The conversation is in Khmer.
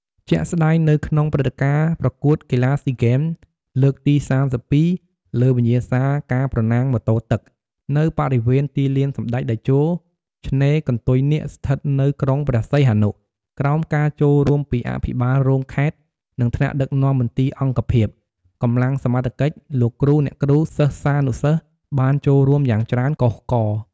ជាក់ស្តែង នៅក្នុងព្រឹត្តិការណ៍ប្រកួតកីឡាស៊ីហ្គេមលើកទី៣២ លើវិញ្ញាសាការប្រណាំងម៉ូតូទឹក នៅបរិវេណទីលានសម្ដេចតេជោ ឆ្នេរកន្ទុយនាគស្ថិតនៅ ក្រុងព្រះសីហនុ ក្រោមការចូលរួមពី អភិបាលរងខេត្ត និងថ្នាក់ដឹកនាំមន្ទីរអង្គភាព កម្លាំងសមត្ថកិច្ច លោកគ្រូអ្នកគ្រូ សិស្សានុសិស្ស បានចូលរួមយ៉ាងច្រើនកុះករ។